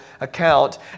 account